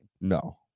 No